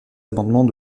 amendements